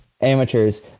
amateurs